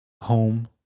home